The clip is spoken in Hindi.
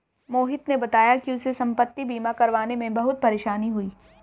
मोहित ने बताया कि उसे संपति बीमा करवाने में बहुत परेशानी हुई